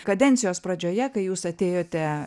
kadencijos pradžioje kai jūs atėjote